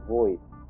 voice